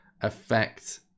affect